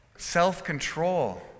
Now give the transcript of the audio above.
Self-control